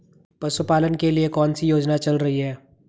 पशुपालन के लिए कौन सी योजना चल रही है?